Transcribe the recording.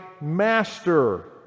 master